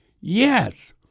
Yes